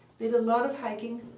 they did a lot of hiking.